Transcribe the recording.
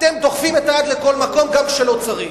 אתם דוחפים את היד לכל מקום, גם כשלא צריך.